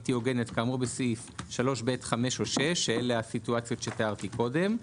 בלתי הוגנת כאמור בסעיף 3(ב)(5) או (6)" שאלה הסיטואציות שתיארתי קודם.